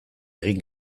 egin